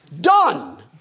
Done